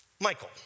Michael